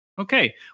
okay